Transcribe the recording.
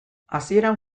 hasieran